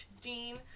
Dean